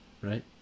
right